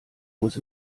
muss